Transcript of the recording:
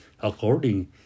According